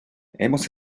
hemos